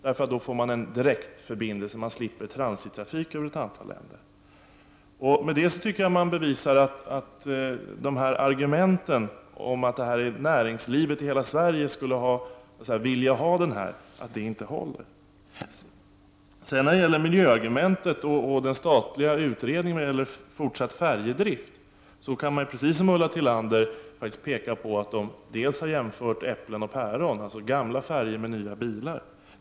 Då får man en direkt förbindelse och man slipper transittrafiken genom ett antal länder. Med detta tycker jag att man har bevisat att argumenten om att näringslivet i hela Sverige skulle vilja ha bron inte håller. När det gäller miljöargumentet och den statliga utredningen om fortsatt färjedrift kan man, precis som Ulla Tillander, peka på att man har jämfört äpplen och päron, dvs. gamla färjor med nya bilar.